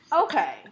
Okay